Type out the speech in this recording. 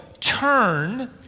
turn